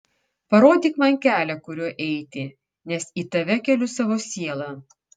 parodyk man kelią kuriuo eiti nes į tave keliu savo sielą